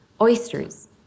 oysters